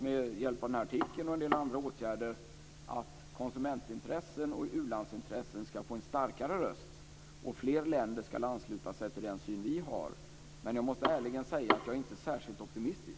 Med hjälp av den här artikeln och en del andra åtgärder hoppas jag att konsumentintressen och ulandsintressen ska få en starkare röst och att fler länder ska ansluta sig till den syn som vi har. Men jag måste ärligen säga att jag är inte särskilt optimistisk.